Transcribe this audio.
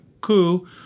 coup